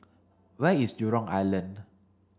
where is Jurong Island